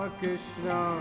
Krishna